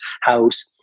house